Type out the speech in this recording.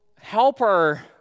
helper